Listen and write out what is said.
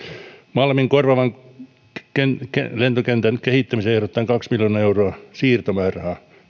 malmin korvaavan lentokentän kehittämiseen ehdotetaan kaksi miljoonaa euroa siirtomäärärahaa